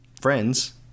friends